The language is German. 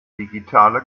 digitale